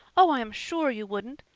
oh, i am sure you wouldn't.